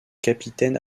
capitaine